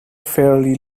fairly